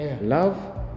Love